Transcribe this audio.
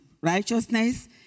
righteousness